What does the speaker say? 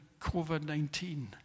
COVID-19